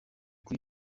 kuri